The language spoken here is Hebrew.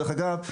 דרך אגב,